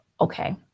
Okay